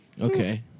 Okay